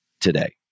today